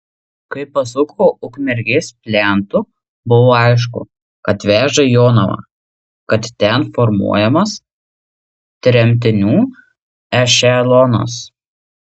kai pasuko ukmergės plentu buvo aišku kad veža į jonavą kad ten formuojamas tremtinių ešelonas